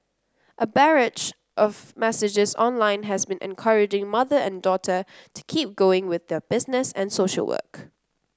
a barrage of messages online has been encouraging mother and daughter to keep going with their business and social work